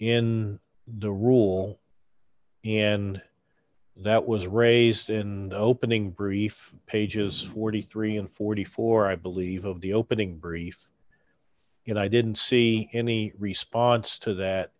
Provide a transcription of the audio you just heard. in the rule and that was raised in the opening brief pages forty three and forty four i believe of the opening brief and i didn't see any response to that